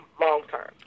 long-term